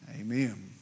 Amen